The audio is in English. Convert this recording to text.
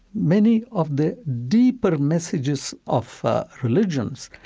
many of the deeper messages of religions,